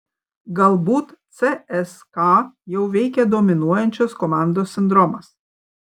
galbūt cska jau veikia dominuojančios komandos sindromas